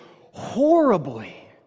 horribly